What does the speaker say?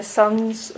sons